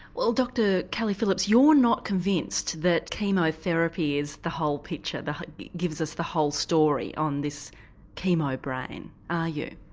well, dr kelly phillips, you're not convinced that chemotherapy is the whole picture, that gives us the whole story on this chemobrain, are you?